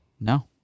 No